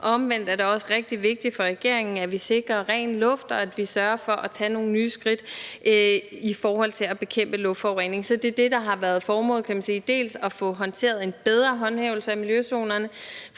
Omvendt er det også rigtig vigtigt for regeringen, at vi sikrer ren luft, og at vi sørger for at tage nogle nye skridt i forhold til at bekæmpe luftforureningen. Så det er det, der har været formålet – dels at få håndteret en bedre håndhævelse af miljøzonerne,